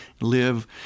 live